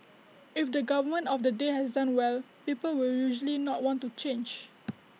if the government of the day has done well people will usually not want to change